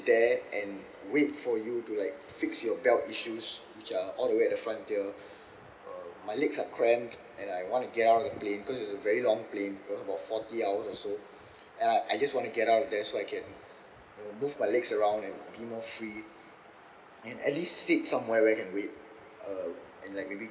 there and wait for you to like fix your belt issues which are all away at the frontier uh my legs are cramped and I want to get out of the plane because it's a very long plane it was about forty hours or so and I I just want to get out of there so I can move my legs around and be more free and at least sit somewhere where can wait uh and like maybe